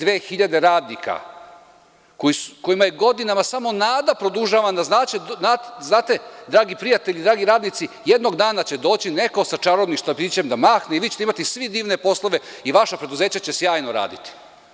Devedeset i dve hiljade radnika kojima je godinama samo nada produžavana, znate dragi prijatelji, dragi radnici, jednog dana će doći neko sa čarobnim štapićem da mahne i vi ćete imati svi divne poslove i vaša preduzeća će sjajno raditi.